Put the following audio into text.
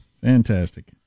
Fantastic